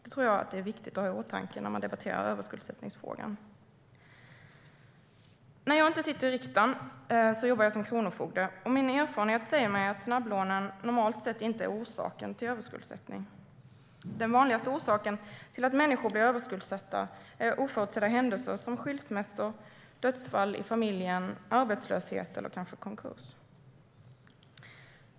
Det tror jag är viktigt att ha i åtanke när man debatterar överskuldsättningsfrågan. När jag inte sitter i riksdagen jobbar jag som kronofogde. Min erfarenhet säger mig att snabblånen normalt sett inte är orsaken till överskuldsättning. Den vanligaste orsaken till att människor blir överskuldsatta är oförutsedda händelser som skilsmässa, dödsfall i familjen, arbetslöshet eller kanske konkurs.